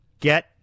get